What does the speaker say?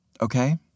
okay